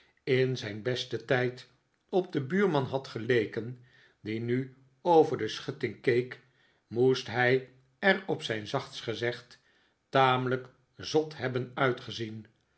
in zijn besten tijd op den buurman had geleken die nu over de schutting keek moest hij er op zijn zachtst gezegd tamelijk zot hebben uitgezien